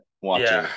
watching